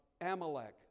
Amalek